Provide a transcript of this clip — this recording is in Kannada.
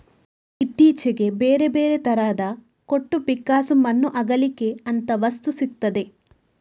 ಇತ್ತೀಚೆಗೆ ಬೇರೆ ಬೇರೆ ತರದ ಕೊಟ್ಟು, ಪಿಕ್ಕಾಸು, ಮಣ್ಣು ಅಗೀಲಿಕ್ಕೆ ಅಂತ ವಸ್ತು ಸಿಗ್ತದೆ